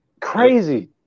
Crazy